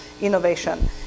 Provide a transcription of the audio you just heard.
innovation